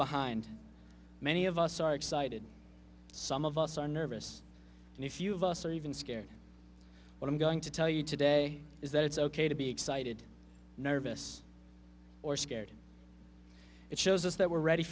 behind many of us are excited some of us are nervous and a few of us are even scared what i'm going to tell you today is that it's ok to be excited nervous or scared it shows us that we're ready